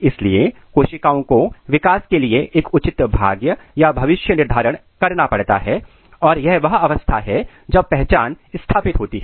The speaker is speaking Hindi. इसलिए कोशिकाओं को विकास के लिए एक उचित भाग्य या भविष्य निर्धारण करना पड़ता है और यह वह अवस्था है जब पहचान स्थापित होती है